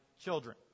children